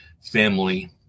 family